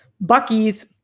Bucky's